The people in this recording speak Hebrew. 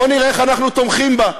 בואו נראה איך אנחנו תומכים בה.